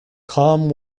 calm